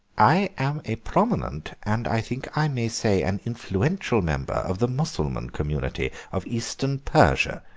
i am a prominent and i think i may say an influential member of the mussulman community of eastern persia,